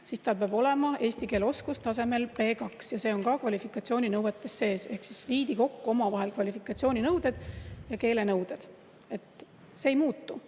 siis tal peab olema eesti keele oskus tasemel B2 ja see on ka kvalifikatsiooninõuetes sees. Ehk siis viidi kokku omavahel kvalifikatsiooninõuded ja keelenõuded. See ei muutu,